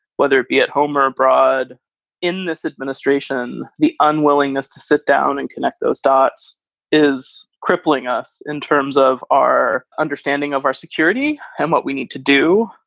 whether it be at home or abroad in this administration, the unwillingness to sit down and connect those dots is crippling us in terms of our understanding of our security and what we need to do.